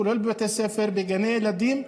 כולל בבתי ספר וגני ילדים.